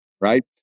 right